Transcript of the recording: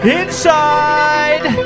inside